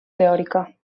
teòrica